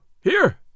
Here